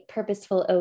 Purposeful